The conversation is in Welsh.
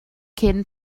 cyn